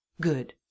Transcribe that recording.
Good